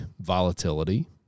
volatility